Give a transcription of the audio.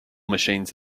machines